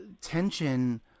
tension